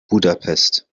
budapest